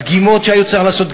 הדגימות שהיה צריך לעשות,